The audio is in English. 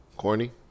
Corny